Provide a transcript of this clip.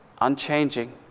unchanging